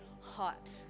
hot